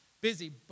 Busy